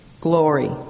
glory